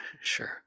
Sure